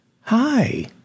Hi